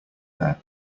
there